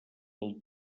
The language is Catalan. del